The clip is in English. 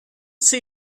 see